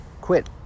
quit